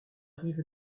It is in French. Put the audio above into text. rive